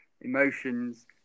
emotions